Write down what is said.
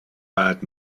bad